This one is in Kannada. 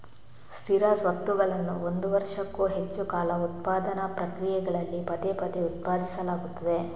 ಸ್ಥಿರ ಸ್ವತ್ತುಗಳನ್ನು ಒಂದು ವರ್ಷಕ್ಕೂ ಹೆಚ್ಚು ಕಾಲ ಉತ್ಪಾದನಾ ಪ್ರಕ್ರಿಯೆಗಳಲ್ಲಿ ಪದೇ ಪದೇ ಉತ್ಪಾದಿಸಲಾಗುತ್ತದೆ